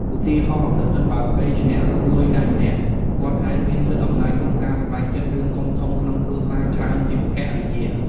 ឧទាហរណ៍ ប្រសិនបើប្ដីជាអ្នករកលុយតែម្នាក់ គាត់អាចមានសិទ្ធិអំណាចក្នុងការសម្រេចចិត្តរឿងធំៗក្នុងគ្រួសារច្រើនជាងភរិយា ។